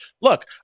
Look